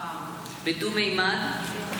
בדו-ממד,